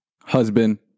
husband